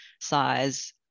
size